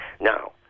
Now